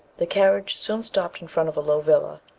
the carriage soon stopped in front of a low villa,